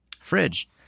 fridge